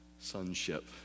sonship